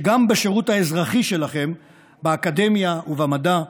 שגם בשירות האזרחי שלכם באקדמיה ובמדע,